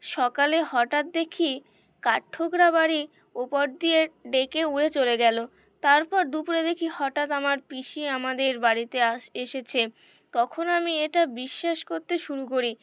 সকালে হঠাৎ দেখি কাঠঠোকরা বাড়ির ওপর দিয়ে ডেকে উড়ে চলে গেল তারপর দুপুরে দেখি হঠাৎ আমার পিসি আমাদের বাড়িতে আস এসেছে তখন আমি এটা বিশ্বাস করতে শুরু করি